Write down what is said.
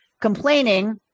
complaining